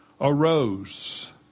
arose